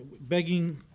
begging